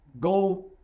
Go